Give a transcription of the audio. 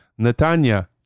Netanya